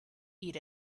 eat